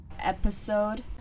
episode